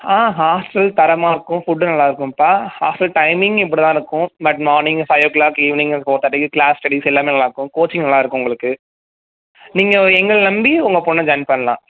ஆ hostel தரமாக இருக்கும் food நல்லா இருக்கும்ப்பா ஹாஸ்டல் டைமிங் இப்படி தான் இருக்கும் பட் மார்னிங் ஒரு ஃபைவ் ஓ க்ளாக் ஈவினிங் ஒரு ஃபோர் தேர்ட்டிக்கு க்ளாஸ் ஸ்டெடிஸ் எல்லாமே நல்லா இருக்கும் கோச்சிங் நல்லா இருக்கும் உங்களுக்கு நீங்கள் எங்களை நம்பி உங்கள் பொண்ணை ஜாயின் பண்ணலாம்